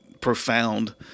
profound